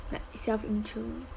like self-intro